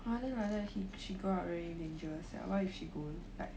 !huh! then like that he she go out very dangerous sia what if she go like